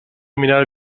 mirar